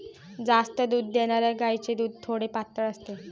जास्त दूध देणाऱ्या गायीचे दूध थोडे पातळ असते